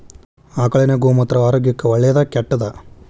ಆಕಳಿನ ಗೋಮೂತ್ರ ಆರೋಗ್ಯಕ್ಕ ಒಳ್ಳೆದಾ ಕೆಟ್ಟದಾ?